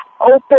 open